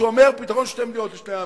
שאומר: פתרון שתי מדינות לשני העמים,